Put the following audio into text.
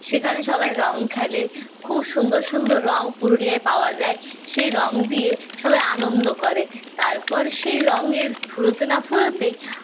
সেখানে সবাই রঙ খেলে খুব সুন্দর সুন্দর রঙ পুরুলিয়ায় পাওয়া যায় সেই রঙ দিয়ে সবাই আনন্দ করে তারপর সেই রঙের ফুরোতে না ফুরোতেই